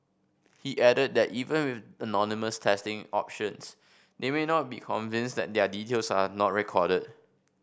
he added that even with anonymous testing options they may not be convinced that their details are not recorded